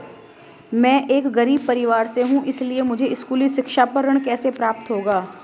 मैं एक गरीब परिवार से हूं इसलिए मुझे स्कूली शिक्षा पर ऋण कैसे प्राप्त होगा?